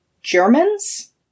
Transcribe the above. Germans